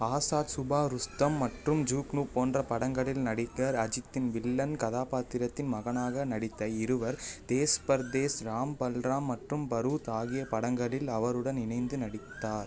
ஆசாத் சுபாருஸ்தம் மற்றும் ஜுக்னு போன்ற படங்களில் நடித்த அஜித்தின் வில்லன் கதாபாத்திரத்தின் மகனாக நடித்த இருவர் தேஸ் பர்தேஸ் ராம் பல்ராம் மற்றும் பரூத் ஆகிய படங்களில் அவருடன் இணைந்து நடித்தார்